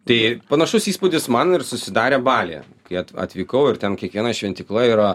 tai panašus įspūdis man ir susidarė balyje kai at atvykau ir ten kiekviena šventykla yra